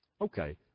Okay